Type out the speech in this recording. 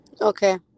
Okay